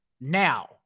Now